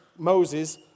Moses